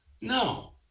no